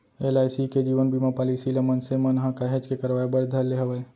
LIC के जीवन बीमा पॉलीसी ल मनसे मन ह काहेच के करवाय बर धर ले हवय